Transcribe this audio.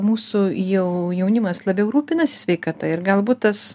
mūsų jau jaunimas labiau rūpinasi sveikata ir galbūt tas